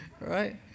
right